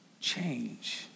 change